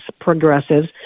progressives